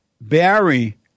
Barry